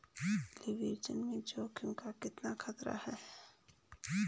Leverage में जोखिम का कितना खतरा है?